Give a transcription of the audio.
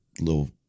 little